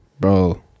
bro